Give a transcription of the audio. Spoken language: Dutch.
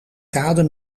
kade